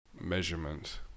measurement